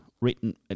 written